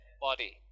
body